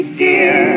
dear